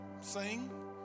sing